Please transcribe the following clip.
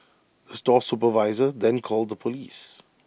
the store supervisor then called the Police